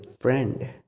friend